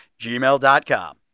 gmail.com